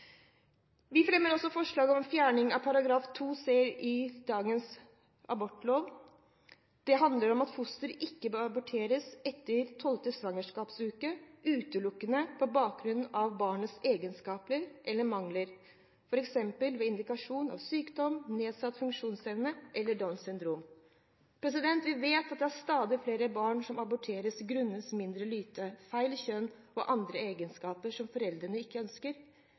Vi fremmer også forslag om fjerning av § 2 c i dagens abortlov. Det handler om at fostre ikke bør aborteres etter 12. svangerskapsuke utelukkende på bakgrunn av barnets egenskaper eller mangler, f.eks. ved indikasjon på sykdom, nedsatt funksjonsevne eller Downs syndrom. Vi vet at stadig flere barn aborteres grunnet mindre lyter, feil kjønn og andre egenskaper som foreldrene ikke ønsker.